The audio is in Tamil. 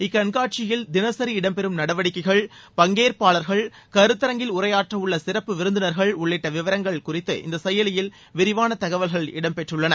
இக் கண்காட்சியில் தினசரி இடம்பெறும் நடவடிக்கைகள் பங்கேற்பாளர்கள் கருத்தரங்கில் உரையாற்றவுள்ள சிறப்பு விருந்தினர்கள் உள்ளிட்ட விவரங்கள் குறித்து இந்த செயலியில் விரிவான தகவல்கள் இடம்பெற்றுள்ளன